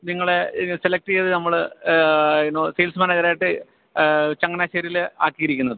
നിങ്ങളെ സെലക്ട് ചെയ്തത് നമ്മള് നോ സെയിൽസ് മാനേജരായിട്ട് ചങ്ങനാശ്ശേരിയില് ആക്കിയിരിക്കുന്നത്